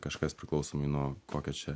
kažkas priklausomai nuo kokio čia